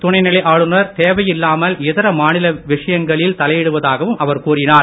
துணைநிலை ஆளுநர் தேவையில்லாமல் இதர மாநில விசயங்களில் தலையிடுவதாகவும் அவர் கூறினார்